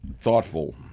thoughtful